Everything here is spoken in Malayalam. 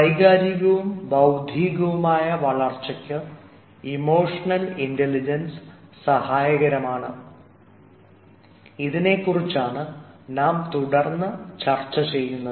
വൈകാരികവും ബൌദ്ധികവുമായ വളർച്ചയ്ക്ക് ഇമോഷണൽ ഇൻറലിജൻസ് സഹായകരമാണ് ഇതിനെക്കുറിച്ചാണ് നാം തുടർന്ന് ചർച്ച ചെയ്യുന്നത്